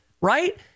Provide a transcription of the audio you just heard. right